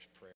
prayer